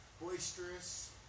Boisterous